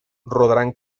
rodarán